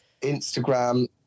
instagram